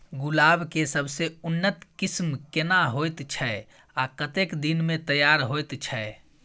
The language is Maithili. गुलाब के सबसे उन्नत किस्म केना होयत छै आ कतेक दिन में तैयार होयत छै?